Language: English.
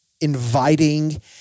inviting